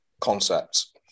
concepts